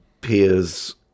peers